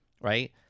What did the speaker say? right